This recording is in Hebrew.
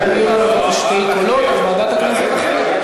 אם יהיו לנו כאן שני קולות, אז ועדת הכנסת תכריע.